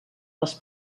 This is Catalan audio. les